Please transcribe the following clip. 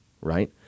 right